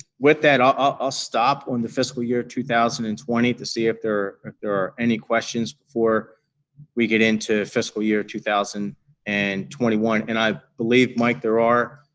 with that, i'll ah stop on the fiscal year two thousand and twenty to see if there there are any questions before we get into fiscal year two thousand and twenty one. and i believe, mike, there are.